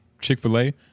Chick-fil-A